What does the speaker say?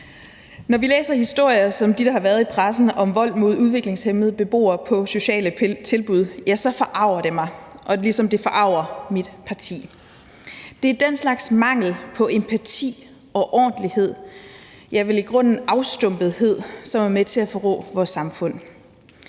Når jeg læser historier som dem, der har været i pressen, om vold mod udviklingshæmmede beboere på sociale tilbud, ja, så forarger det mig, ligesom det forarger mit parti. Det er den slags mangel på empati og ordentlighed, ja, vel i grunden afstumpethed, som er med til at forrå vores samfund.